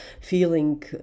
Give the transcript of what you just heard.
feeling